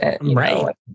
Right